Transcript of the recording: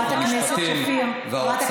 חברת הכנסת שפיר,